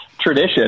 tradition